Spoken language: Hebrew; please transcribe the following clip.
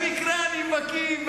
במקרה אני בקי.